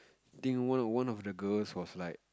think one of one of the girls was like